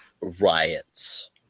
riots